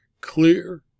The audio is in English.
clear